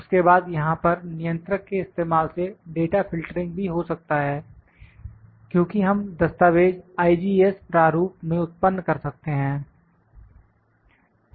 उसके बाद यहां पर नियंत्रक के इस्तेमाल से डाटा फिल्टरिंग भी हो सकता है क्योंकि हम दस्तावेज IGES प्रारूप में उत्पन्न कर सकते हैं